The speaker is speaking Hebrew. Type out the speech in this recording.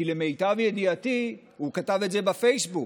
כי למיטב ידיעתי הוא כתב את זה בפייסבוק.